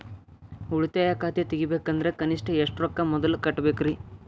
ಉಳಿತಾಯ ಖಾತೆ ತೆಗಿಬೇಕಂದ್ರ ಕನಿಷ್ಟ ಎಷ್ಟು ರೊಕ್ಕ ಮೊದಲ ಕಟ್ಟಬೇಕ್ರಿ?